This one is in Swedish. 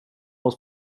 hos